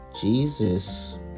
Jesus